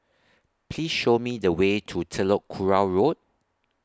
Please Show Me The Way to Telok Kurau Road